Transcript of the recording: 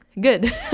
good